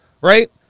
Right